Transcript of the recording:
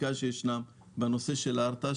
החקיקה בנושא ההרתעה.